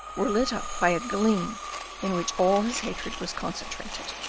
were lit up by gleam in which all his hatred was concentrated.